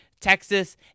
Texas